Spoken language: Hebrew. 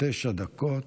תשע דקות.